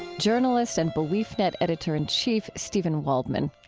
journalist and beliefnet editor and chief steven waldman.